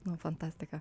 na fantastika